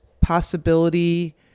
possibility